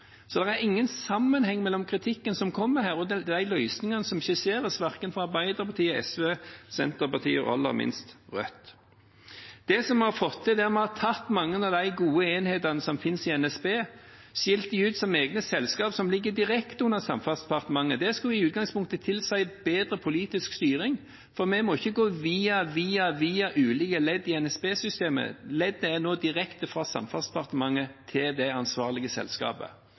Så det er ingen sammenheng mellom kritikken som kommer her, og de løsningene som skisseres, verken fra Arbeiderpartiet, SV eller Senterpartiet, og aller minst fra Rødt. Det vi har fått til, er at vi har tatt mange av de gode enhetene som finnes i NSB og skilt dem ut som egne selskaper som ligger direkte under Samferdselsdepartementet. Det skal i utgangspunktet tilsi bedre politisk styring, for vi må ikke gå via, via, via ulike ledd i NSB-systemet. Leddet er nå direkte fra Samferdselsdepartementet til det ansvarlige selskapet